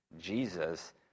Jesus